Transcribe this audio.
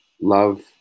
love